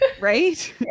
Right